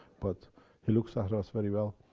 but he looks after us very well.